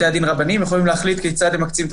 בתי הדין הרבניים יכולים להחליט כיצד הם מקצים את